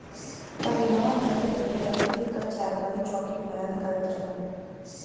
पहिलवां घरे घरे लकड़ी क चारपाई, चौकी बनल करत रहल